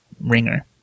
ringer